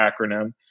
acronym